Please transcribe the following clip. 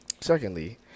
Secondly